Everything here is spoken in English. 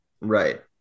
right